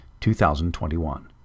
2021